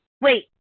Wait